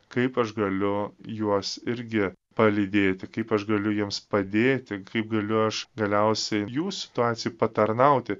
kaip aš galiu juos irgi palydėti kaip aš galiu jiems padėti kaip galiu aš galiausiai jų situacijai patarnauti